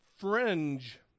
Fringe